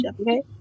Okay